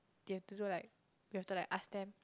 they have to do like we have to like ask them